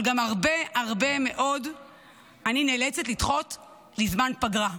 אבל הרבה פעמים אני גם נאלצת לדחות לזמן פגרה.